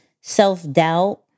self-doubt